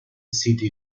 city